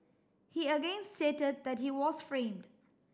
he again stated that he was framed